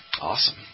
Awesome